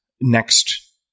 next